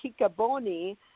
Kikaboni